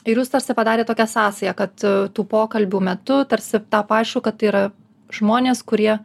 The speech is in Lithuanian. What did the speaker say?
ir jūs tarsi padarėt tokią sąsają kad tų pokalbių metu tarsi tapo aišku kad yra žmonės kurie